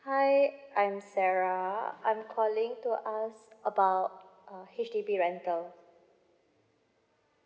hi I'm sarah I'm calling to ask about uh H_D_B rental